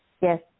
Yes